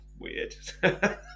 weird